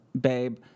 babe